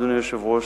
אדוני היושב-ראש,